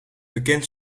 bekend